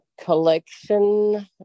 collection